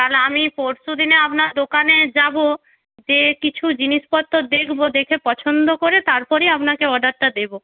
তাহলে আমি পরশু দিনে আপনার দোকানে যাব যেয়ে কিছু জিনিসপত্র দেখব দেখে পছন্দ করে তারপরই আপনাকে অর্ডারটা দেব